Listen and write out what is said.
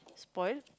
spoilt